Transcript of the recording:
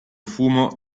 fumo